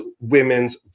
women's